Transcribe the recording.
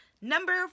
Number